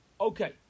okay